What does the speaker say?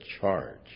charge